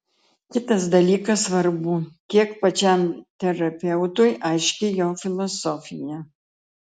kitas dalykas svarbu kiek pačiam terapeutui aiški jo filosofija